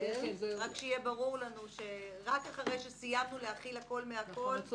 רק שיהיה ברור לנו שרק אחרי שסיימנו להחיל הכול מהכול --- את צודקת.